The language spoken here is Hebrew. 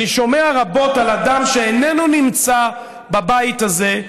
אני שומע רבות על אדם שאיננו נמצא בבית הזה,